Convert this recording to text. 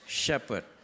shepherd